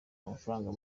amafaranga